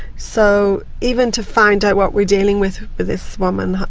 so even to find out what we're dealing with with this woman,